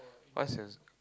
what's the